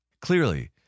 Clearly